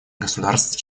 государств